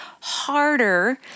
harder